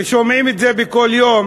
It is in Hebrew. ושומעים את זה כל יום,